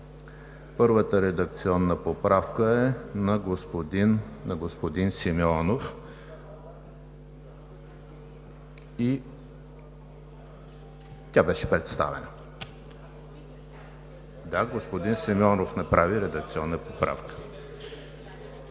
Първата редакционна поправка е на господин Симеонов и тя беше представена. (Реплики.) Да, господин Симеонов направи редакционна поправка.